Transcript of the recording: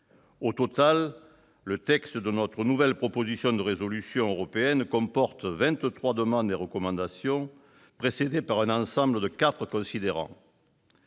Au total, le texte de notre nouvelle proposition de résolution européenne comporte vingt-trois demandes et recommandations, précédées par un ensemble de quatre considérants.